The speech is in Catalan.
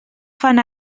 fan